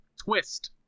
twist